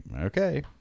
okay